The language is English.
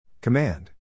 Command